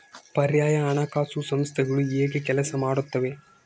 ಪರ್ಯಾಯ ಹಣಕಾಸು ಸಂಸ್ಥೆಗಳು ಹೇಗೆ ಕೆಲಸ ಮಾಡುತ್ತವೆ?